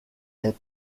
est